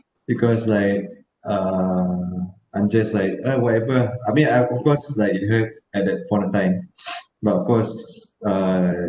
because like uh I'm just like uh whatever I mean I of course like it hurt at that point of time but of course uh